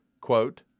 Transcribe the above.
Quote